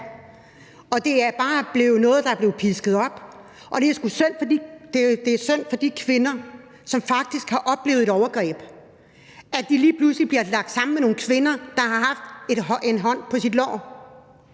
Og det er noget, der bare er blevet pisket op. Og det er synd for de kvinder, som faktisk har oplevet et overgreb, at de lige pludselig bliver lagt i samme kategori som nogle kvinder, der har haft en hånd på deres lår.